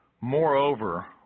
Moreover